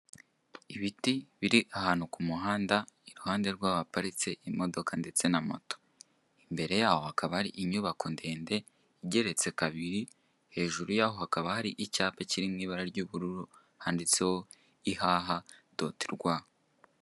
Ibiti biri ahantu ku muhanda iruhande rwaho haparitse imodoka ndetse na moto. Imbere yaho hakaba hari inyubako ndende igeretse kabiri hejuru yaho hakaba hari icyapa kiri mu ibara ry'ubururu handitseho ihaha doti rwa.